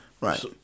Right